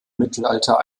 mittelalter